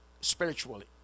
spiritually